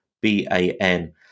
B-A-N